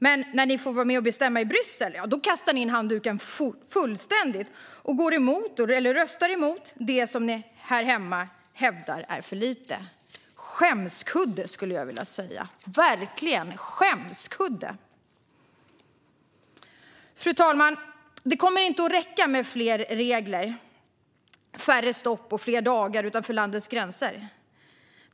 Men när ni får vara med och bestämma i Bryssel kastar ni in handduken fullständigt och röstar emot det som ni här hemma hävdar är för lite. Skämskudde, skulle jag vilja säga. Verkligen skämskudde! Fru talman! Det kommer inte att räcka med fler regler, färre stopp och fler dagar utanför landets gränser.